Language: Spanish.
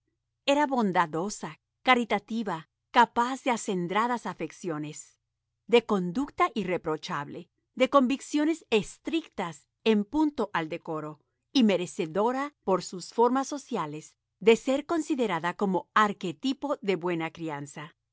era bondadosa caritativa capaz de acendradas afecciones de conducta irreprochable de convicciones estrictas en punto al decoro y merecedora por sus formas sociales de ser considerada como arquetipo de buena crianza